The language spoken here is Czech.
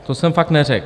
To jsem fakt neřekl.